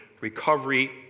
recovery